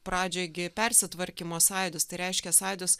pradžioj gi persitvarkymo sąjūdis tai reiškia sąjūdis